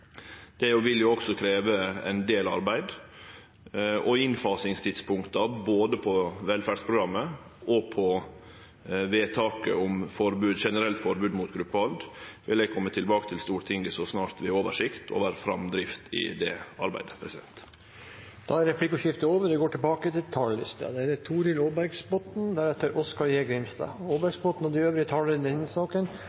Det vil også krevje ein del arbeid. Innfasingstidspunkta både på velferdsprogrammet og på vedtaket om generelt forbod mot gruppehald vil eg kome tilbake til Stortinget med så snart vi har oversikt over framdrift i det arbeidet. Replikkordskiftet er over. De talere som heretter får ordet, har en taletid på inntil 3 minutter. Jeg er svært glad for at et